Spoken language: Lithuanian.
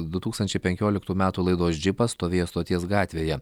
du tūkstančiai penkioliktų metų laidos džipas stovėjo stoties gatvėje